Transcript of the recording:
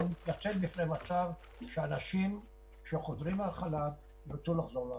אנחנו נתייצב בפני מצב שאנשים שחוזרים מחל"ת ירצו לחזור לעבודה.